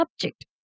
subject